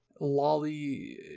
lolly